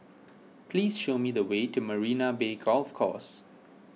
please show me the way to Marina Bay Golf Course